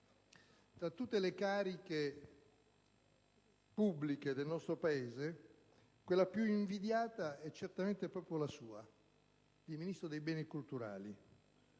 tra tutte le cariche pubbliche del nostro Paese quella più invidiata è certamente proprio la sua: quella di Ministro dei beni culturali.